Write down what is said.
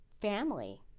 family